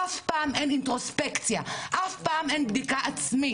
אף פעם אין אינטרוספקציה, אף פעם אין בדיקה עצמית.